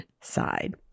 side